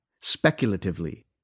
speculatively